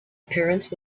appearance